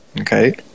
Okay